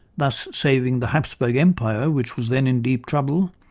thus saving the hapsburg empire which was then in deep trouble,